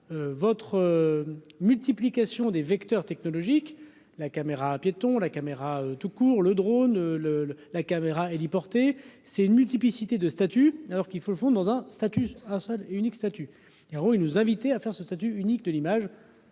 votre multiplication des vecteurs technologique, la caméra piéton la caméra tout court, le drone le le la caméra héliporté c'est une multiplicité de statut alors qu'il faut le font dans un statut, un seul et unique statut et il nous inviter à faire ce statut unique de l'image